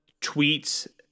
tweets